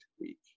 week